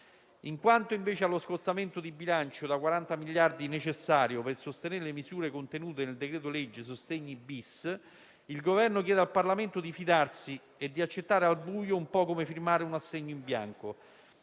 Quanto, invece, allo scostamento di bilancio da 40 miliardi di euro, necessario per sostenere le misure contenute nel decreto-legge sostegni-*bis*, il Governo chiede al Parlamento di fidarsi e di accettare al buio, un po' come firmare un assegno in bianco.